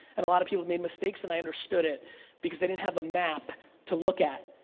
and a lot of people made mistakes, and i understood it because they didn't have a map to look at,